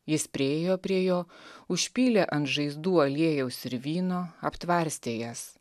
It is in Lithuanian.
jis priėjo prie jo užpylė ant žaizdų aliejaus ir vyno aptvarstė jas